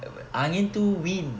angin tu wind